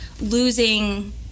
losing